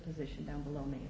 position down below me